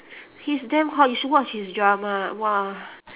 he's damn hot you should watch his drama !wah!